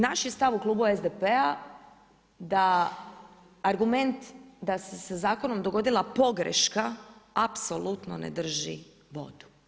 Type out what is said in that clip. Naš je stav u klubu SDP-a da argument da se sa zakonom dogodila pogreška apsolutno ne drži vodu.